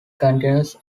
counties